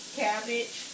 cabbage